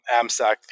AMSAC